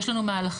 יש לנו מהלכים,